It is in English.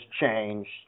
changed